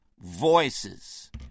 voices